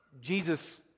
Jesus